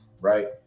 right